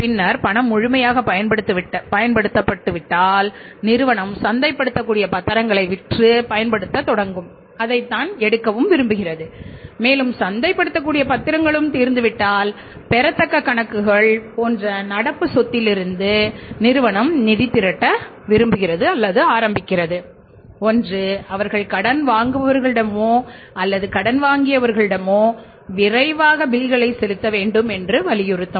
பணம் முழுமையாகப் பயன்படுத்தப்பட்டு விட்டால் நிறுவனம் சந்தைப்படுத்தக்கூடிய பத்திரங்களைப் பயன்படுத்த விரும்புகிறது மேலும் சந்தைப்படுத்தக்கூடிய பத்திரங்களும் முடிந்துவிட்டால் பெறத்தக்க கணக்குகள் போன்ற நடப்பு சொத்திலிருந்து நிறுவனம் நிதி திரட்ட விரும்புகிறது ஒன்று அவர்கள் கடன் வாங்குபவர்களிடமோ அல்லது கடன் வாங்கிய வர்களிடமோ விரைவாக பில்களை செலுத்த வேண்டும் என்று வலியுறுத்தும்